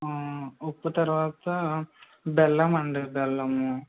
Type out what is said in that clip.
ఉప్పు తర్వాత బెల్లం అండి బెల్లము